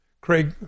Craig